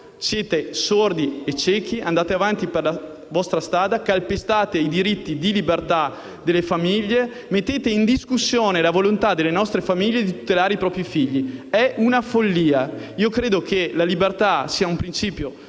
Siete sordi e ciechi; andate avanti per la vostra strada; calpestate i diritti di libertà delle famiglie; mettete in discussione la volontà delle nostre famiglie di tutelare i propri figli: è una follia. Credo che la libertà sia un principio